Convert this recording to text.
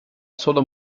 solo